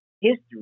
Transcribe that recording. history